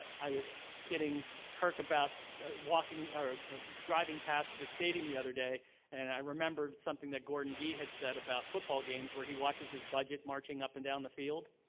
i was kidding kirk about ah driving past your stadium the other day and i remembered something that gordon gee had said about football games, where he watches his budget marching up and down the field.